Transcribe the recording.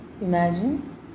imagine